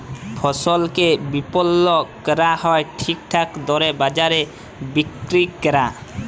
ফসলকে বিপলল ক্যরা আর ঠিকঠাক দরে বাজারে বিক্কিরি ক্যরা